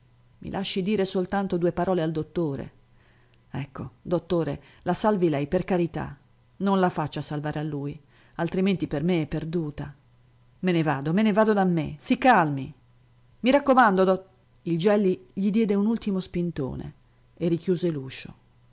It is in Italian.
i lasci dire soltanto due parole al dottore ecco dottore la salvi lei per carità non la faccia salvare a lui altrimenti per me è perduta me ne vado me ne vado da me si calmi i raccomando dot il gelli gli diede un ultimo spintone e richiuse